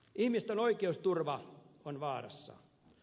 ihmisten oikeusturva on vaarassa